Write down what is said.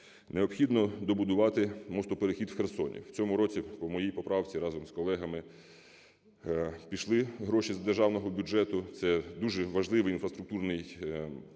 Необхідно добудувати містоперехід в Херсоні. В цьому році по моїй поправці разом з колегами пішли гроші з державного бюджету. Це дуже важливий інфраструктурний об'єкт